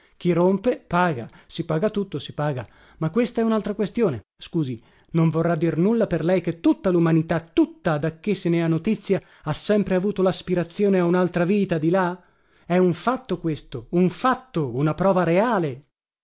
chi rompe paga si paga tutto si paga ma questa è unaltra questione scusi non vorrà dir nulla per lei che tutta lumanità tutta dacché se ne ha notizia ha sempre avuto laspirazione a unaltra vita di là è un fatto questo un fatto una prova reale